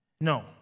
No